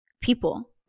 people